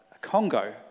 Congo